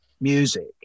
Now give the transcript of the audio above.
music